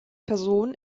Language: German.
personen